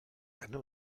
eine